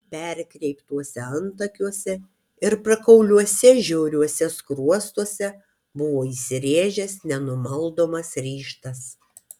perkreiptuose antakiuose ir prakauliuose žiauriuose skruostuose buvo įsirėžęs nenumaldomas ryžtas